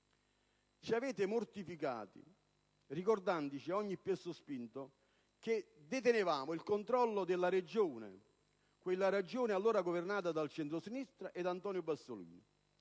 Ci avete mortificato ricordandoci a ogni piè sospinto che detenevamo il controllo della Regione, quella Regione allora governata dal centrosinistra e da Antonio Bassolino,